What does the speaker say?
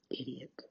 Idiot